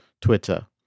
Twitter